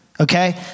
Okay